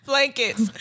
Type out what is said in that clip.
Blankets